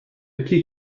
key